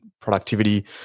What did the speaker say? productivity